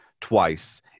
twice